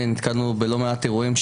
נתקלנו בלא מעט אירועים,